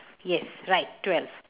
yes right twelve